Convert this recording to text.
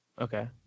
Okay